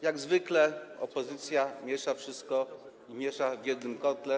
Jak zwykle opozycja miesza wszystko, miesza w jednym kotle.